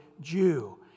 Jew